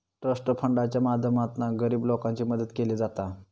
trust फंडाच्या माध्यमातना गरीब लोकांची मदत केली जाता